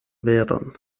veron